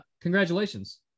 congratulations